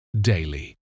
daily